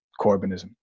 Corbynism